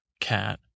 cat